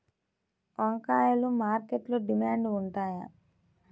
వంకాయలు మార్కెట్లో డిమాండ్ ఉంటాయా?